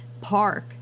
park